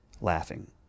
laughing